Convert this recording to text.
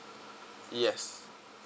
yes